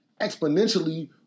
exponentially